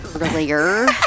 earlier